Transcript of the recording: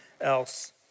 else